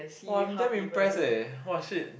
!wah! I'm damn impressed eh !wah shit!